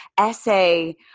essay